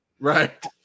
Right